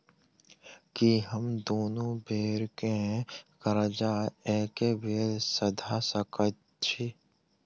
की हम दुनू बेर केँ कर्जा एके बेर सधा सकैत छी?